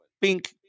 pink